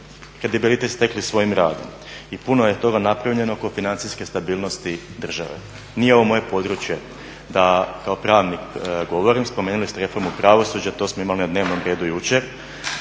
kredibilitet stekli svojim radom i puno je toga napravljeno oko financijske stabilnosti države. Nije ovo moje područje da kao pravni govorim, spomenuli ste reformu pravosuđa to smo imali na dnevnom redu jučer.